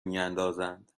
میاندازند